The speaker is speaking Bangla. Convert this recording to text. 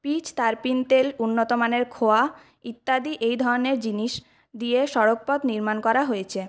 পিচ তার্পিন তেল উন্নতমানের খোয়া ইত্যাদি এই ধরণের জিনিস দিয়ে সড়কপথ নির্মাণ করা হয়েছে